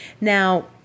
Now